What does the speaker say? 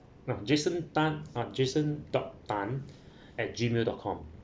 um jason Tan uh jason Tan at gmail dot com